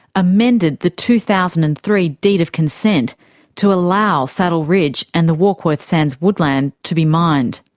amended the two thousand and three deed of consent to allow saddle ridge and the warkworth sands woodland to be mined.